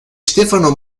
stefano